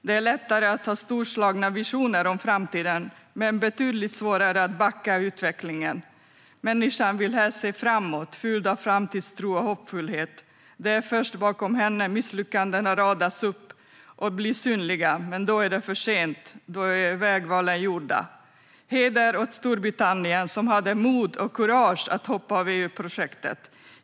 Det är lättare att ha storslagna visioner om framtiden, men det är betydligt svårare att backa utvecklingen. Människan vill helst se framåt, fylld av framtidstro och hopp. Det är först bakom henne misslyckandena har radats upp och blivit synliga. Men då är det för sent. Vägvalen är gjorda. Heder åt Storbritannien, som hade mod och kurage att hoppa av EU-projektet.